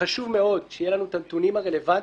שחשוב מאוד שיהיו לנו את הנתונים הרלוונטיים,